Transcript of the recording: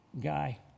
guy